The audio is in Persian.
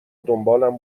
دنبالم